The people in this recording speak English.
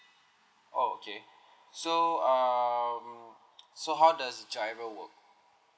oh okay so um so how does giro work